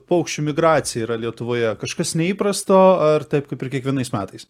paukščių migracija yra lietuvoje kažkas neįprasto ar taip kaip ir kiekvienais metais